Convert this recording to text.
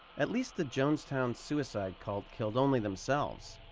at least the jonestown suicide cult killed only themselves.